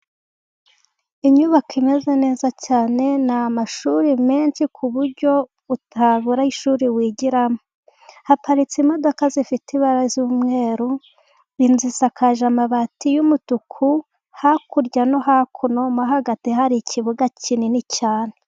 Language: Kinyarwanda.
Inyubako imeze neza cyane, ni amashuri menshi ku buryo utabura ishuri wigiramo, haparitse imodoka zifite ibara ry'umweru, n'inzu zisakaje amabati y'umutuku hakurya no hakuno mo hagati hari ikibuga kinini cyane.